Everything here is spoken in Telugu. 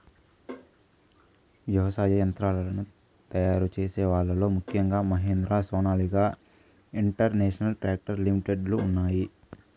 వ్యవసాయ యంత్రాలను తయారు చేసే వాళ్ళ లో ముఖ్యంగా Mahindra, Sonalika international tractor limited లు ఉన్నాయి